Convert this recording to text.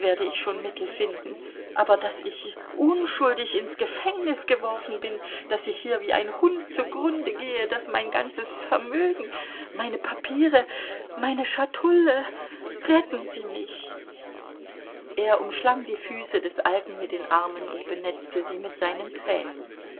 werde ich schon mittel finden aber daß ich unschuldig ins gefängnis geworfen bin daß ich hier wie ein hund zugrunde gehe daß mein ganzes vermögen meine papiere meine schatulle retten sie mich er umschlang die füße des alten mit den armen und benetzte sie mit seinen tränen